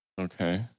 Okay